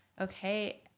okay